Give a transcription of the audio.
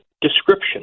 description